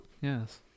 Yes